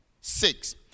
Six